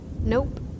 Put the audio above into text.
Nope